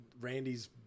Randy's